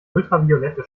ultraviolette